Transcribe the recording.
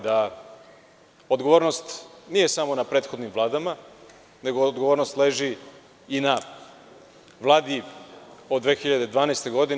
Da odgovornost nije samo na prethodnim Vladama, nego odgovornost leži i na Vladi od 2012. godine.